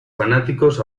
fanáticos